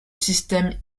système